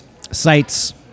sites